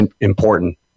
important